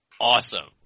awesome